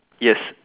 yes